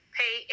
pay